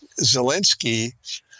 Zelensky